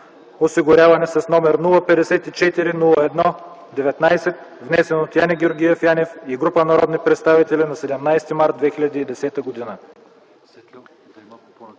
осигуряване, № 054-01-19, внесен от Яне Георгиев Янев и група народни представители на 17 март 2010 г.”